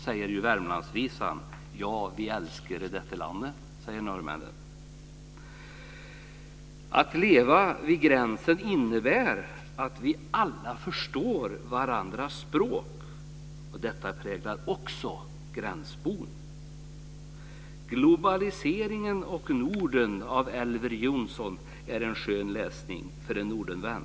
säger Värmlandsvisan. "Ja, vi elsker dette landet" säger norrmännen. Att leva vid gränsen innebär att vi alla förstår varandras språk. Detta präglar också gränsbon. Globaliseringen och Norden av Elver Jonsson är en skön läsning för en Nordenvän.